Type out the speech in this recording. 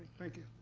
thank you.